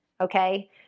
okay